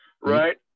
right